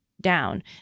down